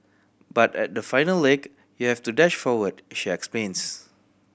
but at the final leg you have to dash forward she explains